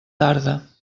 tarda